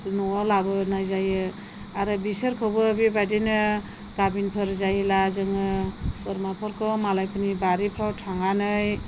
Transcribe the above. न'आव लाबोनाय जायो आरो बिसोरखौबो बेबायदिनो गाभिनफोर जायोब्ला जोङो बोरमाफोरखौ मालायफोरनि बारिफोराव थांनानै